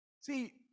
See